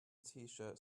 tshirt